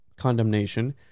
condemnation